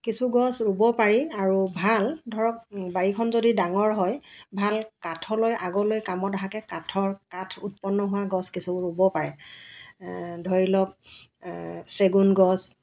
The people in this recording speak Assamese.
কিছু গছ ৰুব পাৰি আৰু ভাল ধৰক বাৰীখন যদি ডাঙৰ হয় ভাল কাঠলৈ আগলৈ কামত অহাকৈ কাঠৰ কাঠ উৎপন্ন হোৱা গছ কিছু ৰুব পাৰে ধৰি লওক চেগুন গছ